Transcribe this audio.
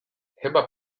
chyba